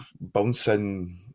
bouncing